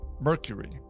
mercury